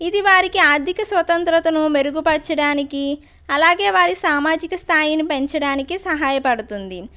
ఇది వారికి ఆర్థిక స్వతంత్రతను మెరుగుపరచడానికి అలాగే వారి సామాజిక స్థాయిని పెంచడానికి సహాయపడుతుంది